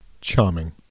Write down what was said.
Charming